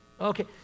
Okay